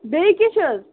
بیٚیہِ کیٚنٛہہ چھُ حظ